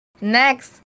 Next